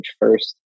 first